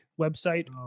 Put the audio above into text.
website